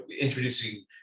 introducing